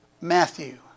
Matthew